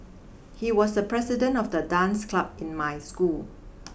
he was the president of the dance club in my school